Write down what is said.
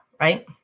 right